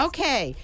Okay